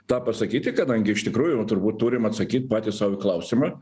tą pasakyti kadangi iš tikrųjų nu turbūt turim atsakyt patys sau į klausimą